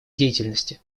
деятельности